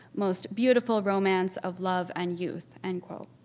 most beautiful romance of love and youth, end quote.